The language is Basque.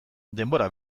denbora